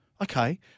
Okay